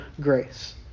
grace